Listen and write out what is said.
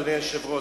אדוני היושב-ראש,